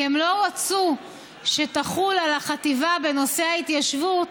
כי הם לא רצו שיחול על החטיבה בנושא ההתיישבות